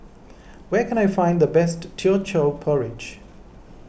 where can I find the best Teochew Porridge